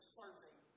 serving